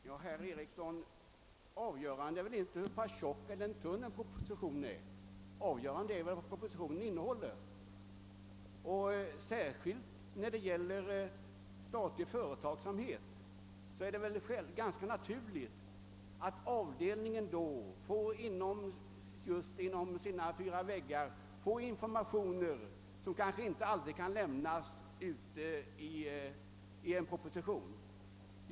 Herr talman! Till herr Eriksson i Arvika vill jag säga att det avgörande är väl inte hur pass tjock eller tunn en proposition är. Avgörande är väl vad propositionen innehåller. Särskilt när det gäller statlig företagsamhet är det väl ganska naturligt att avdelningen får inom sina fyra väggar informationer som kanske inte alltid kan lämnas i en proposition.